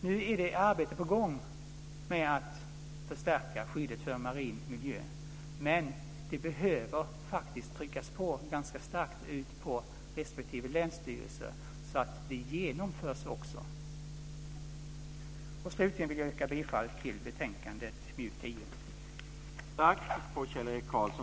Nu är ett arbete på gång med att förstärka skyddet för marin miljö, men det behöver faktiskt tryckas på ganska starkt på respektive länsstyrelse så att det genomförs också. Slutligen yrkar jag bifall till hemställan i betänkande MJU10.